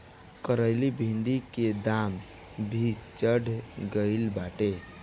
करइली भिन्डी के दाम भी चढ़ गईल बाटे